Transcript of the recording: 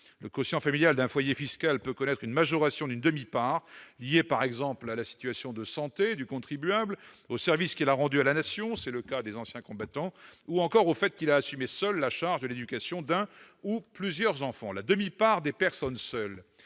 le quotient familial d'un foyer fiscal peut connaître une majoration d'une demi-part : celle-ci est, par exemple, liée à la situation de santé du contribuable, au service qu'il a rendu à la Nation- c'est le cas des anciens combattants -ou encore au fait qu'il a assumé seul la charge de l'éducation d'un ou plusieurs enfants. La demi-part des personnes seules